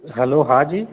hello Haji